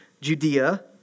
Judea